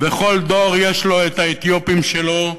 וכל דור יש לו את האתיופים שלו,